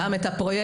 גם את הפרויקטור,